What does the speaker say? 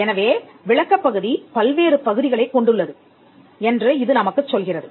எனவே விளக்கப் பகுதி பல்வேறு பகுதிகளைக் கொண்டுள்ளது என்று இது நமக்குச் சொல்கிறது